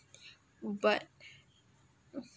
but